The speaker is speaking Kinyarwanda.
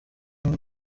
mwe